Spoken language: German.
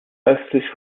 östlich